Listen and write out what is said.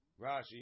Rashi